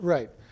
Right